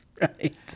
Right